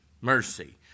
mercy